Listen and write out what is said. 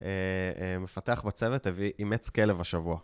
מפתח בצוות, הביא אימץ כלב השבוע.